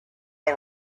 all